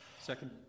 Second